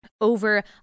over